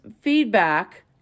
feedback